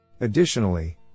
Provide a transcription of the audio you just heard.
Additionally